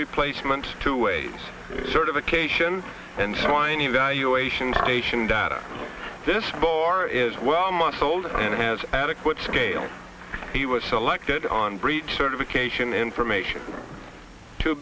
replacement two ways certification and fine evaluation station data this bore is well muscled and has adequate scale he was selected on breed certification information to